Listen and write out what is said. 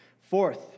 fourth